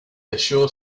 assured